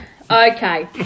Okay